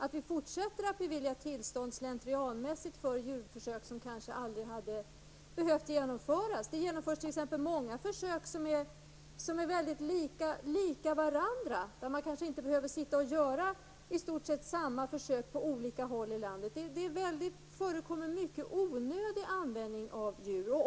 Tillstånd beviljas fortlöpande och slentrianmässigt för djurförsök som kanske aldrig hade behövt genomföras. Det genomförs många försök som är väldigt likartade. Det är kanske onödigt att göra i stort sett samma försök på olika håll i landet. Det förekommer mycket onödig användning av djur.